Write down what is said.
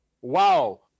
wow